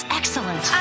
excellent